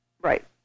Right